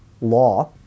law